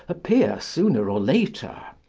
appear sooner or later,